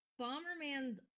Bomberman's